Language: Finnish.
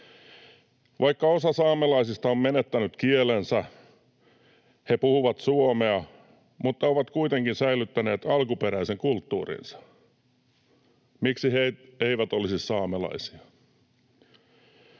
Vaikka osa saamelaisista on menettänyt kielensä, he puhuvat suomea, he ovat kuitenkin säilyttäneet alkuperäisen kulttuurinsa. Miksi he eivät olisi saamelaisia?